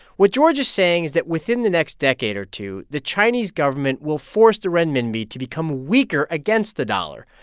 what george is saying is that within the next decade or two, the chinese government will force the renminbi to become weaker against the dollar.